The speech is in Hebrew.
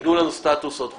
תנו לנו סטאטוס עוד חודשיים.